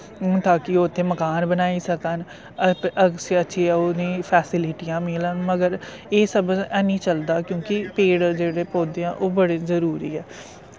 हून ताकि ओह् उत्थे मकान बनाई सकन अच्छी अच्छियां उनें फैस्लिटियां मिलन मगर एह् सब ऐनी चलदा क्योंकि पेड़ जेह्ड़े पौधे ऐं ओह् बड़े जरूरी ऐ